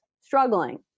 struggling